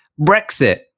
Brexit